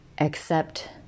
accept